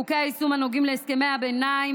חוקי היישום הנוגעים להסכמי הביניים,